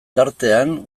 tartean